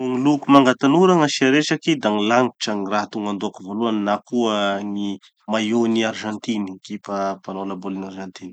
No gny loko manga tanora gn'asia resaky da gny lanitra gny raha tonga andohako voalohany na koa gny maillot-ny argentine, ekipa mpanao labolin'ny argentine.